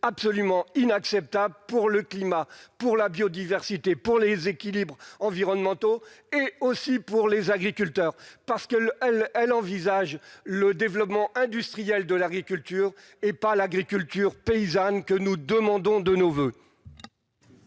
absolument inacceptable pour le climat pour la biodiversité pour les équilibres environnementaux et aussi pour les agriculteurs parce qu'que elle, elle envisage le développement industriel de l'agriculture et pas l'agriculture paysanne que nous demandons de nos voeux.